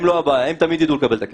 הם לא הבעיה, הם תמיד יידעו לקבל את הכסף.